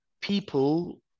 people